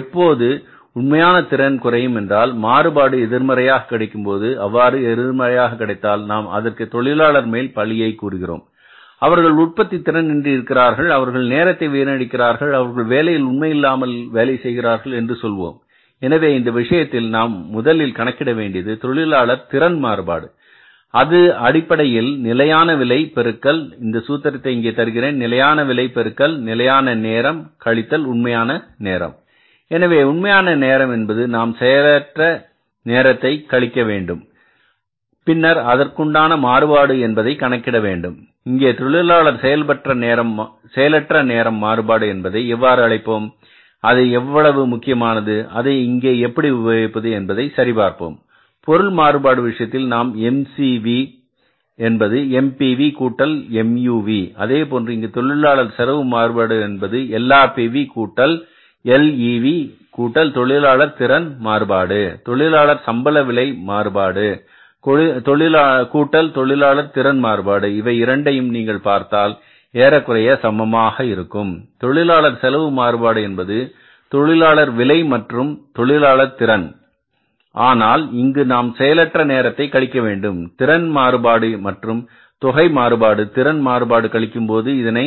எப்போது உண்மையான திறன் குறையும் என்றால் மாறுபாடு எதிர்மறையாக கிடைக்கும்போது அவ்வாறு எதிர்மறையாக கிடைத்தால் நாம் அதற்கு தொழிலாளர் மேல் பழியை கூறுகிறோம் அவர்கள் உற்பத்தி திறன் இன்றி இருக்கிறார்கள் அவர்கள் நேரத்தை வீணடிக்கிறார்கள் அவர்கள் வேலையில் உண்மையாக இல்லாமல் வேலை செய்கிறார்கள் என்று சொல்வோம் எனவே இந்த விஷயத்தில் நாம் முதலில் கணக்கிட வேண்டியது தொழிலாளர் திறன் மாறுபாடு அது அடிப்படையில் நிலையான விலை பெருக்கல் இந்த சூத்திரத்தை இங்கே தருகிறேன் நிலையான விலை பெருக்கல் நிலையான நேரம் கழித்தல் உண்மையான நேரம் எனவே உண்மையான நேரம் என்பது நாம் செயலற்ற நேரத்தை அளிக்க வேண்டும் பின்னர் அதற்கான மாறுபாடு என்பதை கணக்கிட வேண்டும் இங்கே தொழிலாளர் செயலற்ற நேரம் மாறுபாடு என்பதை எவ்வாறு அழைப்போம் அதை எவ்வளவு முக்கியமானது அதை இங்கே எப்படி உபயோகிப்பது என்பதை சரி பார்ப்போம் பொருள் மாறுபாடு விஷயத்தில் நாம் MCV என்பது MPV கூட்டல் MUV அதேபோன்று இங்கு தொழிலாளர் செலவு மாறுபாடு என்பது LRPV கூட்டல் LEV கூட்டல் தொழிலாளர் திறன் மாறுபாடு தொழிலாளருக்கு சம்பள விலை மாறுபாடு கூட்டல் தொழிலாளர் திறன் மாறுபாடு இவை இரண்டையும் நீங்கள் பார்த்தால் ஏறக்குறைய சமமாக இருக்கும் தொழிலாளர் செலவு மாறுபாடு என்பது தொழிலாளர் விலை மற்றும் தொழிலாளர் திறன் ஆனால் இங்கு நாம் செயலற்ற நேரத்தை கழிக்கவேண்டும் திறன் மாறுபாடு மற்றும் தொகை மாறுபாடு திறன் மாறுபாடு கழிக்கும்போது இதனை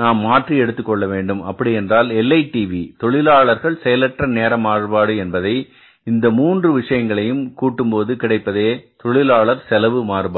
நாம் மாற்றி எடுத்துக்கொள்ள வேண்டும் அப்படி என்றால் LITV தொழிலாளர் செயலற்ற நேர மாறுபாடு என்பதை இந்த மூன்று விஷயங்களையும் கூட்டும்போது கிடைப்பதே தொழிலாளர் செலவு மாறுபாடு